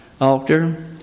altar